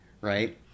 right